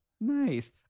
Nice